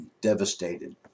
devastated